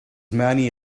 many